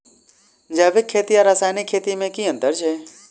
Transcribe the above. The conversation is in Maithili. जैविक खेती आ रासायनिक खेती मे केँ अंतर छै?